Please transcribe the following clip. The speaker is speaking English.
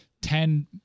ten